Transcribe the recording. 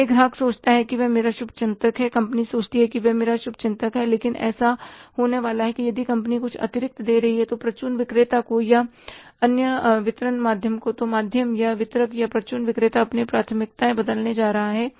इसलिए ग्राहक सोचता है कि वह मेरा शुभ चिंतक है कंपनी सोचती है कि यह मेरा शुभ चिंतक है लेकिन ऐसा होने वाला है यदि कंपनी कुछ अतिरिक्त दे रही है परचून विक्रेता को या अन्य वितरण माध्यम को तो माध्यम या वितरक या परचून विक्रेता अपनी प्राथमिकताएं बदलने जा रहा है